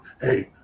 Hey